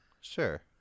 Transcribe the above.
Sure